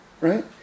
Right